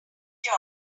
job